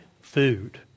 food